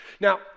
Now